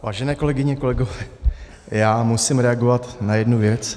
Vážené kolegyně, kolegové, já musím reagovat na jednu věc.